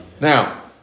Now